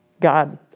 God